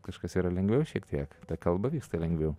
kažkas yra lengviau šiek tiek ta kalba vyksta lengviau